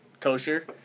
kosher